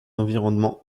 environnement